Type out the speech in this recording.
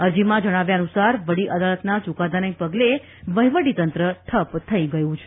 અરજીમાં જણાવ્યા અનુસાર વડી અદાલતના ચૂકાદાના પગલે વહીવટીતંત્ર ઠપ્પ થઇ ગયું છે